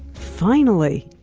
finally!